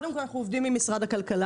תראה, קודם כל אנחנו עובדים עם משרד הכלכלה.